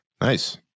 nice